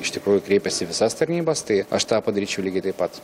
iš tikrųjų kreipėsi į visas tarnybas tai aš tą padaryčiau lygiai taip pat